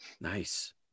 Nice